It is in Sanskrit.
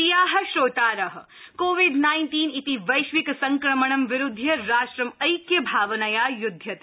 प्रिया श्रोतार कोविड नाइन्टीन इति वैशिक संक्रमणं विरुध्य राष्ट्रं ऐक्यभावनया युध्यति